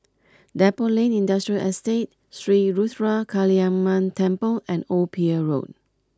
Depot Lane Industrial Estate Sri Ruthra Kaliamman Temple and Old Pier Road